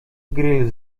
grill